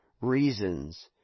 reasons